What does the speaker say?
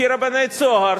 כי רבני "צהר",